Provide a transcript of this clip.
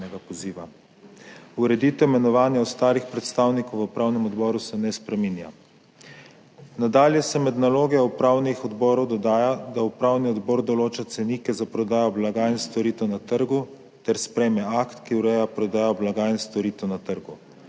Ureditev imenovanja ostalih predstavnikov v upravnem odboru se ne spreminja. Nadalje se med naloge upravnih odborov dodaja, da upravni odbor določa cenike za prodajo blaga in storitev na trgu ter sprejme akt, ki ureja prodajo blaga in storitev na trgu.